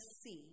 see